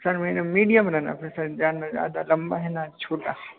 sir मेरा medium run up है sir ज्यादा ना ज्यादा लंबा है न छोटा